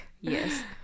Yes